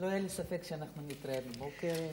לא היה לי ספק שאנחנו נתראה בבוקר.